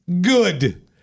Good